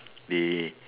they